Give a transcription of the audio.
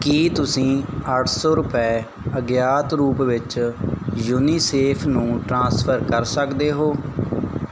ਕੀ ਤੁਸੀਂਂ ਅੱਠ ਸੌ ਰੁਪਏ ਅਗਿਆਤ ਰੂਪ ਵਿੱਚ ਯੂਨੀਸੇਫ ਨੂੰ ਟ੍ਰਾਂਸਫਰ ਕਰ ਸਕਦੇ ਹੋ